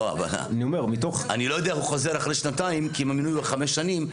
אם המינוי הוא לחמש שנים,